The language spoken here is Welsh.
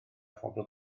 phobl